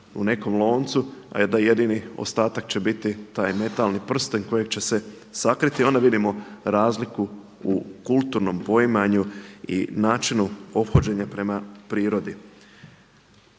u nekom loncu a da jedini ostatak će biti taj metalni prsten kojeg će se sakriti, onda vidimo razliku u kulturnom poimanju i načinu ophođenja prema prirodi.